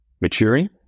maturing